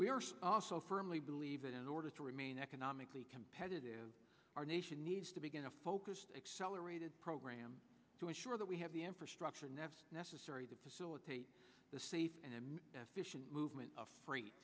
are also firmly believe that in order to remain economically competitive our nation needs to begin a focused accelerated program to ensure that we have the infrastructure nev's necessary to facilitate the safe and efficient movement of fre